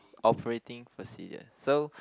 operating procedure so